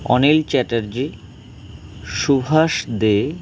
Anil Chatterjee Subhash দে